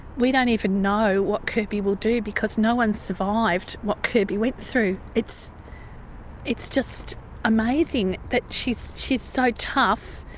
we don't even know what kirby will do, because no one's survived what kirby went through. it's it's just amazing that she's she's so tough,